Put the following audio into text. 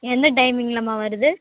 எந்த டைமிங்கிலம்மா வருது